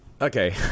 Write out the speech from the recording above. Okay